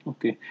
Okay